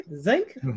zinc